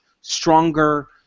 stronger